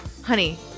honey